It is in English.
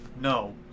no